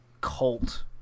cult